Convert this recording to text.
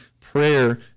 prayer